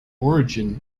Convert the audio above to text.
origin